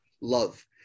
love